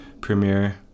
Premiere